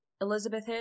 elizabeth